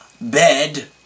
bed